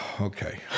okay